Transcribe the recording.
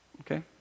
Okay